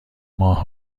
ماه